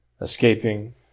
escaping